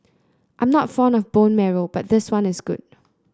I'm not fond of bone marrow but this one is good